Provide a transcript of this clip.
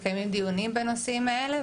ומתקיימים דיונים בנושאים האלה,